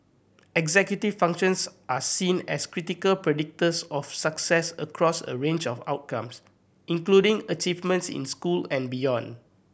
executive functions are seen as critical predictors of success across a range of outcomes including achievement in school and beyond